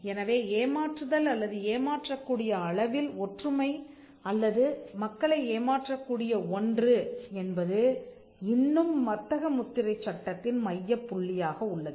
எனவே ஏமாற்றுதல் அல்லது ஏமாற்றக் கூடிய அளவில் ஒற்றுமை அல்லது மக்களை ஏமாற்றக் கூடிய ஒன்று என்பது இன்னும் வர்த்தக முத்திரைச் சட்டத்தின் மையப் புள்ளியாக உள்ளது